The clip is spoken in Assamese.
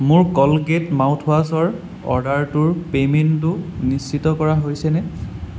মোৰ কলগেট মাউথৱাছৰ অৰ্ডাৰটোৰ পে'মেণ্টটো নিশ্চিত কৰা হৈছেনে